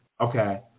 Okay